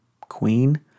queen